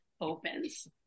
opens